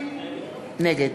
נגד